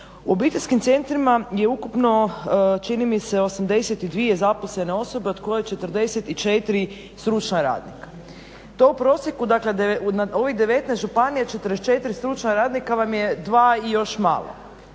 U obiteljskim centrima je ukupno čini mi se 82 zaposlene osobe od koje su 44 stručna radnika. To u prosjeku dakle na ovih 19 županija 44 stručna radnika vam je 2 i još malo.